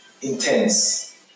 intense